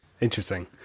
interesting